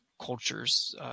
culture's –